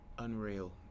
unreal